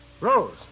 Rose